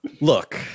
Look